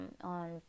on